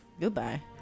Goodbye